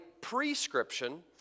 prescription